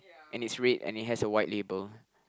and it's red and it has a white label